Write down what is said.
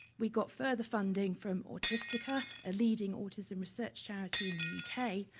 we got further funding from autisticca, ah leadinga autism research charity in the u. k.